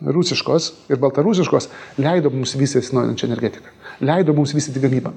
rusiškos ir baltarusiškos leido mums visą atsinaujinančią energetiką leido mums vystyti gamybą